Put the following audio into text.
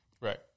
right